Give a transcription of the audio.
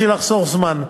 בשביל לחסוך זמן,